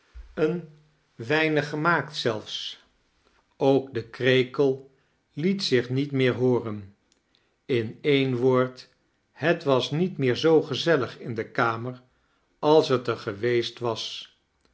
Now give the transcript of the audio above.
een weinig gemaakt zelfs ook de krekel liet zioh niet meer hooren in een woord het was niet meer zoo gezelldg in de kamer als ter geweeet was